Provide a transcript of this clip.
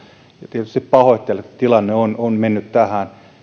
tietysti pahoittelen että tilanne on on mennyt tähän